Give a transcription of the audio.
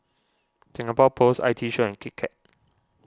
Singapore Post I T Show and Kit Kat